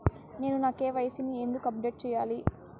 నేను నా కె.వై.సి ని ఎందుకు అప్డేట్ చెయ్యాలి?